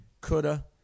coulda